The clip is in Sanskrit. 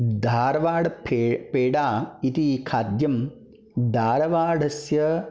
धार्वाड् पे पेडा इति खाद्यं धार्वाडस्य